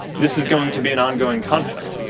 this is going to be an ongoing conflict.